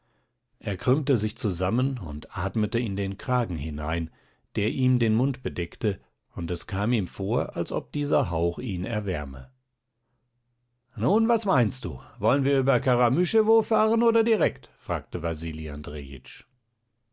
er krümmte sich zusammen und atmete in den kragen hinein der ihm den mund bedeckte und es kam ihm vor als ob dieser hauch ihn erwärme nun was meinst du wollen wir über karamüschewo fahren oder direkt fragte